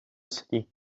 city